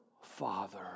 Father